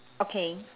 okay